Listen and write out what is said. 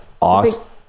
awesome